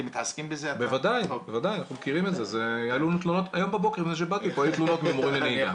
היום בבוקר לפני שהגעתי לפה היו לי תלונות ממורי נהיגה.